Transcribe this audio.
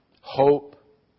hope